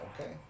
Okay